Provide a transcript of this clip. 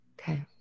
Okay